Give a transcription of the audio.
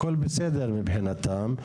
הכל בסדר מבחינתם.